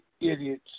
idiots